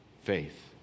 faith